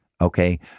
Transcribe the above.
Okay